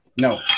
No